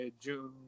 June